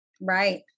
Right